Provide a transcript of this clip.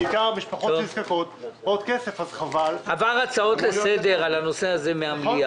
עברו מהמליאה הצעות לסדר בנושא הזה.